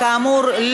כאמור,